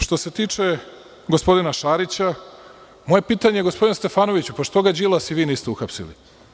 Što se tiče gospodina Šarića, moje pitanje gospodinu Stefanoviću je – što ga Đilas i vi niste uhapsili?